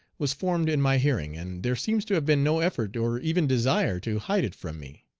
was formed in my hearing, and there seems to have been no effort or even desire to hide it from me.